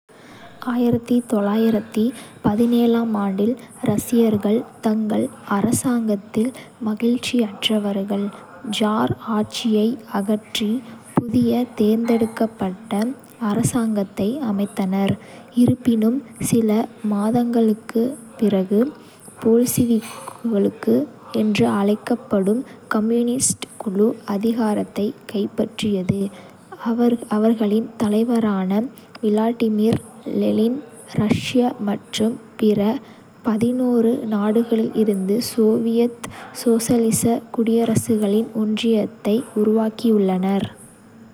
1917 ஆம் ஆண்டில், ரஷ்யர்கள், தங்கள் அரசாங்கத்தில் மகிழ்ச்சியற்றவர்கள், ஜார் ஆட்சியை அகற்றி புதிய தேர்ந்தெடுக்கப்பட்ட அரசாங்கத்தை அமைத்தனர். இருப்பினும், சில மாதங்களுக்குப் பிறகு, போல்ஷிவிக்குகள் என்று அழைக்கப்படும் கம்யூனிஸ்ட் குழு அதிகாரத்தைக் கைப்பற்றியது. அவர்களின் தலைவரான விளாடிமிர் லெனின், ரஷ்யா மற்றும் பிற நாடுகளில் இருந்து சோவியத் சோசலிச குடியரசுகளின் ஒன்றியத்தை உருவாக்கினார்.